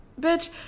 Bitch